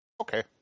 Okay